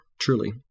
truly